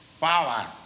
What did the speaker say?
power